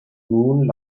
moon